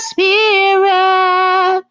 Spirit